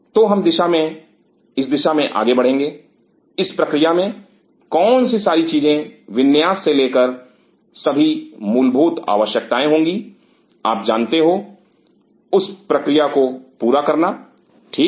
तो हम इस दिशा में आगे बढ़ेंगे इस प्रक्रिया में कौन सी सारी चीजें विन्यास से लेकर सभी मूलभूत आवश्यकताएं होंगी आप जानते हो उस प्रक्रिया को पूरा करना ठीक